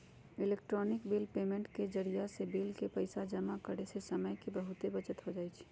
electronic bill payment के जरियासे bill के पइसा जमा करेयसे समय के बहूते बचत हो जाई छै